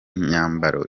myambaro